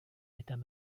états